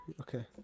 Okay